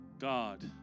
God